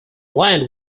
land